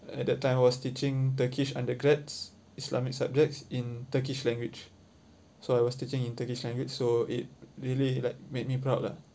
at that time I was teaching turkish undergrads islamic subjects in turkish language so I was teaching in turkish language so it really like made me proud lah